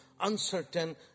Uncertain